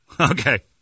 Okay